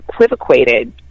equivocated